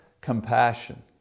compassion